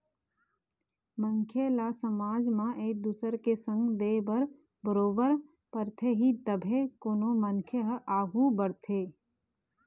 मनखे ल समाज म एक दुसर के संग दे बर बरोबर परथे ही तभे कोनो मनखे ह आघू बढ़थे